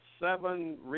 seven